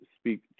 speak